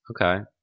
Okay